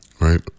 right